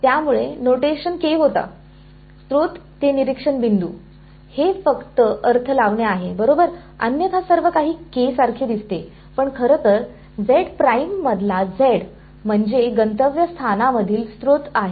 त्यामुळे नोटेशन होता स्रोत ते निरीक्षण बिंदू हे फक्त अर्थ लावणे आहे बरोबर अन्यथा सर्वकाही सारखे दिसते पण खरंतर मधला म्हणजे गंतव्यस्थानामधील स्त्रोत आहे